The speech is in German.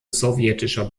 sowjetischer